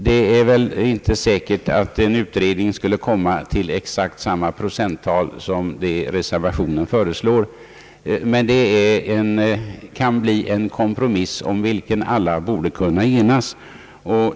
Det är väl inte säkert att en utredning skulle komma till exakt samma procenttal som det reservationen föreslår, men det kan bli en kompromiss, om vilken alla borde kunna enas.